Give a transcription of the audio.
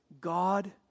God